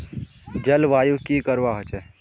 जलवायु की करवा होचे?